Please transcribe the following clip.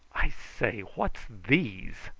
i say, what's these?